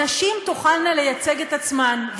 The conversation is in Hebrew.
שנשים תוכלנה לייצג את עצמן,